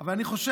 אבל אני חושב,